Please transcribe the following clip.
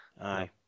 Aye